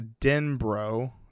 Denbro